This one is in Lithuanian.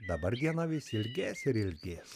dabar diena vis ilgės ir ilgės